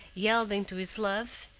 yielding to his love,